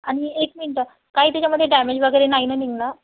आणि एक मिनटं काही त्याच्यामध्ये डॅमेज वगैरे नाही ना निघणार